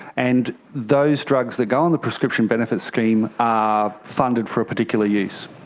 and those drugs that go on the prescription benefits scheme are funded for a particular use.